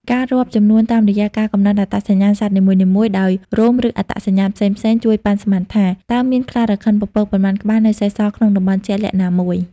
ការរាប់ចំនួនតាមរយៈការកំណត់អត្តសញ្ញាណសត្វនីមួយៗ ដោយរោម ឬអត្តសញ្ញាណផ្សេងៗ ជួយប៉ាន់ស្មានថា តើមានខ្លារខិនពពកប៉ុន្មានក្បាលនៅសេសសល់ក្នុងតំបន់ជាក់លាក់ណាមួយ។